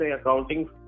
accounting